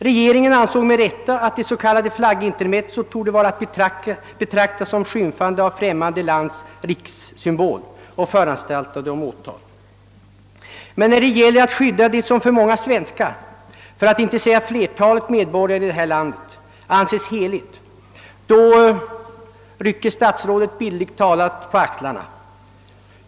Regeringen ansåg med rätta att det s.k. flaggintermezzot torde vara att betrakta som skymfande av främmande lands rikssymbol och föranstaltade om åtal. Men när det gäller att skydda det som av många för att inte säga flertalet medborgare anses heligt, då rycker statsrådet bildligt talat på axlarna.